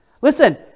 Listen